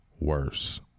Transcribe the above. worse